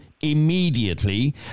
immediately